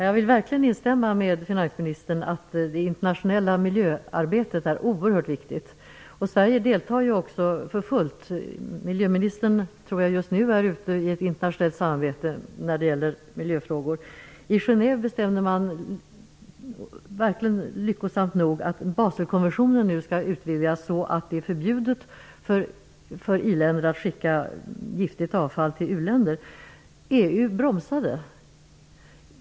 Fru talman! Jag instämmer verkligen med finansministern. Det internationella miljöarbetet är alltså oerhört viktigt. Sverige deltar för fullt i det sammanhanget. Jag tror att miljöministern just nu deltar i ett internationellt samarbete när det gäller miljöfrågor. I Genève bestämde man, lyckosamt nog, att Baselkonventionen nu skall utvidgas så att det blir förbjudet för irländare att skicka giftigt avfall till uländer. EU bromsade.